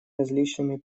различными